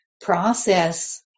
process